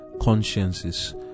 consciences